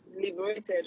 liberated